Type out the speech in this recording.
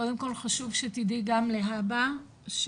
גם להבא,